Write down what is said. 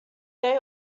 they